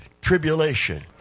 tribulation